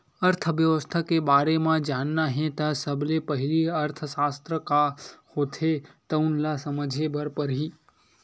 अर्थबेवस्था के बारे म जानना हे त सबले पहिली अर्थसास्त्र का होथे तउन ल समझे बर परही